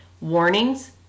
warnings